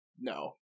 no